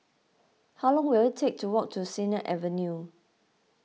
how long will it take to walk to Sennett Avenue